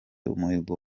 umuhigo